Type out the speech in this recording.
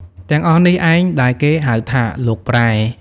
ទាំងអស់នេះឯង ដែលគេហៅថា “លោកប្រែ” ។